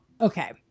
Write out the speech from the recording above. okay